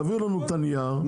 תביאו לנו את הנייר,